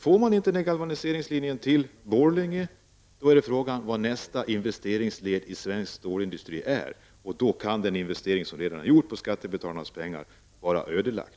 Får man inte den galvaniseringslinjen till Borlänge blir frågan vad nästa investeringsled inom svensk stålindustri blir. Då kan den investering som redan gjorts med skattebetalarnas pengar vara ödelagd.